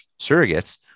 surrogates